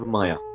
Maya